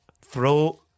throw